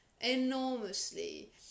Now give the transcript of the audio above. enormously